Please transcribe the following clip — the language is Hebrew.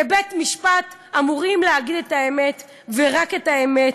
בבית-משפט אמורים להגיד את האמת ורק את האמת,